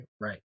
Right